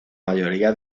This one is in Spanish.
mayoría